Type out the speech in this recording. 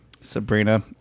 Sabrina